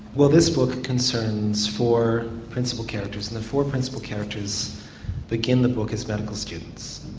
well this book concerns four principal characters and the four principal characters begin the book as medical students.